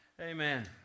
amen